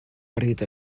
partit